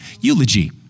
Eulogy